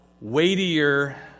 weightier